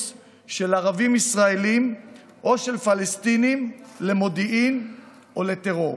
של ערבים-ישראלים או של פלסטינים למודיעין או לטרור.